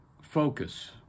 focus